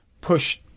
push